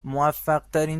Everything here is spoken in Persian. موفقترین